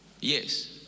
Yes